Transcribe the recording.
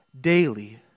daily